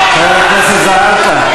חבר הכנסת זחאלקה,